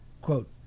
quote